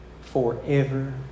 forever